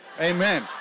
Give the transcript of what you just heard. Amen